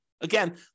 Again